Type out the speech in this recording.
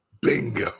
Bingo